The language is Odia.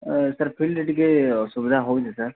ସାର୍ ଫିିଲ୍ଡରେ ଟିକେ ସୁବିଧା ହଉଛେ ସାର୍